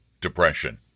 depression